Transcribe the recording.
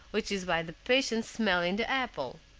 which is by the patient's smelling the apple.